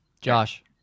Josh